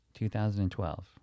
2012